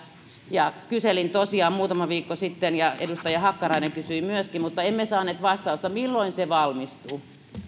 kyselin tosiaan muutama viikko sitten ja edustaja hakkarainen kysyi myöskin mutta emme saaneet vastausta siihen milloin se valmistuu